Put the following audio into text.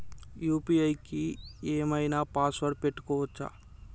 UPI కి ఏం ఐనా పాస్వర్డ్ పెట్టుకోవచ్చా?